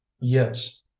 Yes